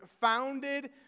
founded